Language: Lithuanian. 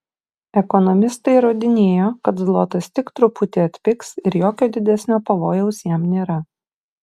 ekonomistai įrodinėjo kad zlotas tik truputį atpigs ir jokio didesnio pavojaus jam nėra